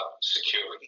security